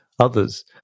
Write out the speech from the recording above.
others